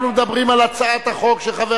אנחנו מדברים על הצעת החוק של חבר